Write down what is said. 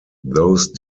those